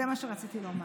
זה מה שרציתי לומר.